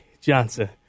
Johnson